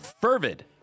Fervid